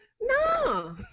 No